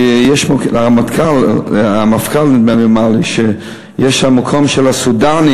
נדמה לי שהמפכ"ל אמר לי שיש שם את המקום של הסודאנים.